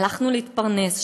הלכנו להתפרנס,